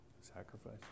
sacrifice